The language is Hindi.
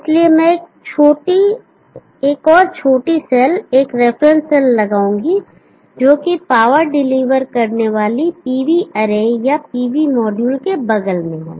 इसलिए मैं एक और छोटी सेल एक रेफरेंस सेल लगाऊंगा जो कि पावर डिलीवर करने वाली PV अरे या PV मॉड्यूल के बगल में है